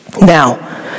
Now